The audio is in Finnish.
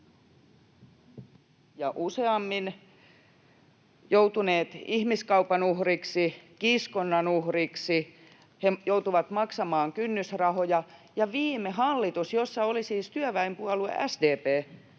useammin joutuneet ihmiskaupan uhreiksi, kiskonnan uhreiksi, he joutuvat maksamaan kynnysrahoja, ja viime hallitus, jossa oli siis työväenpuolue SDP,